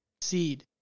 seed